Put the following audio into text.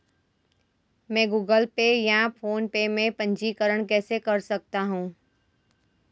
मैं Google Pay या PhonePe में पंजीकरण कैसे कर सकता हूँ?